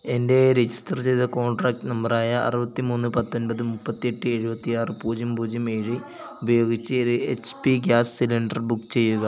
എൻ്റെ രജിസ്റ്റർ ചെയ്ത contract number ആയ അറുപത്തി മൂന്ന് പത്തൊൻപത് മുപ്പത്തി എട്ട് എഴുപത്തി ആറ് പൂജ്യം പൂജ്യം ഏഴ് ഉപയോഗിച്ച് ഒരു H P gas cylinder book ചെയ്യുക